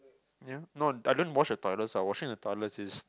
ya no I don't wash the toilets ah washing the toilets is